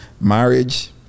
marriage